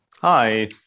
hi